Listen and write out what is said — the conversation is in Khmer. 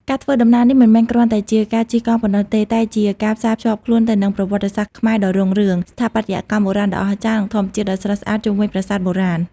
ការធ្វើដំណើរនេះមិនមែនគ្រាន់តែជាការជិះកង់ប៉ុណ្ណោះទេ តែជាការផ្សារភ្ជាប់ខ្លួនទៅនឹងប្រវត្តិសាស្ត្រខ្មែរដ៏រុងរឿង ស្ថាបត្យកម្មបុរាណដ៏អស្ចារ្យ និងធម្មជាតិដ៏ស្រស់ស្អាតជុំវិញប្រាសាទបុរាណ។